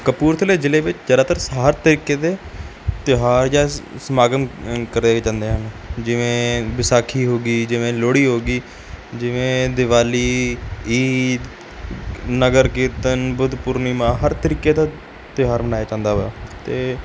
ਕਪੂਰਥਲੇ ਜ਼ਿਲ੍ਹੇ ਵਿੱਚ ਜ਼ਿਆਦਾਤਰ ਹਰ ਤਰੀਕੇ ਦੇ ਤਿਉਹਾਰ ਜਾਂ ਸਮਾਗਮ ਕਰਵਾਏ ਜਾਂਦੇ ਹਨ ਜਿਵੇਂ ਵਿਸਾਖੀ ਹੋ ਗਈ ਜਿਵੇਂ ਲੋਹੜੀ ਹੋ ਗਈ ਜਿਵੇਂ ਦਿਵਾਲੀ ਈਦ ਨਗਰ ਕੀਰਤਨ ਬੁੱਧ ਪੂਰਨਿਮਾ ਹਰ ਤਰੀਕੇ ਦਾ ਤਿਉਹਾਰ ਮਨਾਇਆ ਜਾਂਦਾ ਵਾ ਅਤੇ